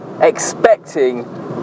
expecting